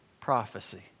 prophecy